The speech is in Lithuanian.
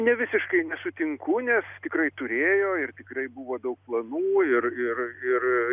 ne visiškai nesutinku nes tikrai turėjo ir tikrai buvo daug planų ir ir ir